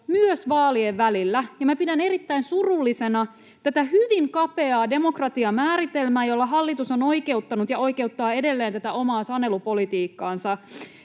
myös vaalien välillä. Minä pidän erittäin surullisena tätä hyvin kapeaa demokratiamääritelmää, jolla hallitus on oikeuttanut ja oikeuttaa edelleen omaa sanelupolitiikkaansa.